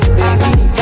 baby